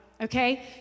okay